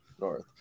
North